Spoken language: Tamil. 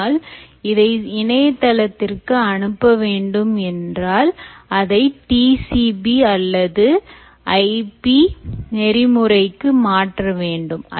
ஆனால் அதை இணையதளத்திற்கு அனுப்ப வேண்டும் என்றால் அதை TCPIP நெறிமுறைக்கு மாற்ற வேண்டும்